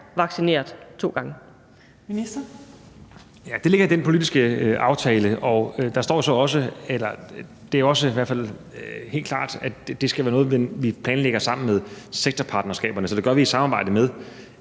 Heunicke): Ja, det ligger i den politiske aftale, og det er i hvert fald også helt klart, at det skal være noget, vi planlægger sammen med sektorpartnerskaberne – så det gør vi i samarbejde med